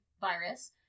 virus